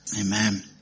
Amen